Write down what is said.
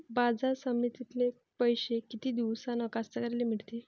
बाजार समितीतले पैशे किती दिवसानं कास्तकाराइले मिळते?